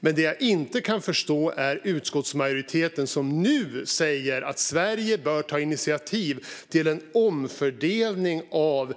Men jag kan inte förstå utskottsmajoriteten, som nu säger att Sverige bör ta initiativ till en omfördelning av